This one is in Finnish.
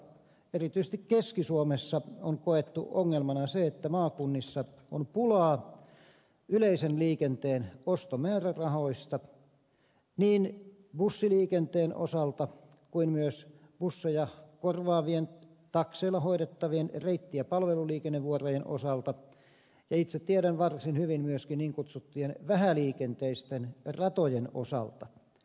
erityisesti keski suomessa on koettu ongelmana se että maakunnissa on pulaa yleisen liikenteen ostomäärärahoista niin bussiliikenteen osalta kuin myös busseja korvaavien takseilla hoidettavien reitti ja palveluliikennevuorojen osalta ja itse tiedän varsin hyvin myöskin niin kutsuttujen vähäliikenteisten ratojen osalta